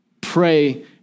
Pray